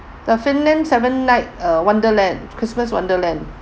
the finland seven night uh wonderland christmas wonderland